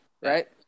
Right